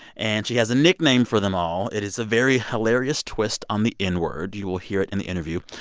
and she has a nickname for them all. it is a very hilarious twist on the n-word. you will hear it in the interview.